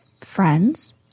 friends